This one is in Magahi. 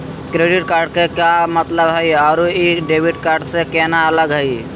क्रेडिट कार्ड के का मतलब हई अरू ई डेबिट कार्ड स केना अलग हई?